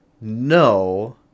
No